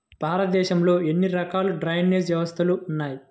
భారతదేశంలో ఎన్ని రకాల డ్రైనేజ్ వ్యవస్థలు ఉన్నాయి?